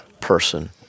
person